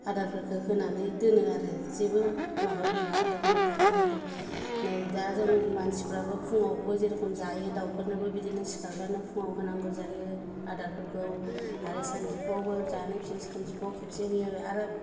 आदारफोरखौ होनानै दोनो आरो जेबो माबा गैया आदार होनो थाखाय जि रोखोम नै दा जों मानसिफोराबो फुङाव जेरोखोम जायो दाउफोरनोबो बिदिनो सिखारब्लानो फुङाव होनांगौ जायो आदारफोरखौ आरो सानजौफुआवबो जानो बिसोरनो सानजौफुआव खेबसे होयो आरो